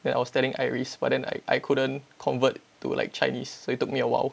then I was telling iris but then I I couldn't convert to like chinese so it took me a while